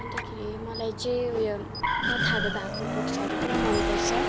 अन्तखेरि मलाई चाहिँ उयो कथाहरू भएको बुक्सहरू पुरा मनपर्छ